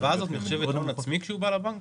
ההלוואה הזאת נחשבת הון עצמי כשהוא בא לבנק?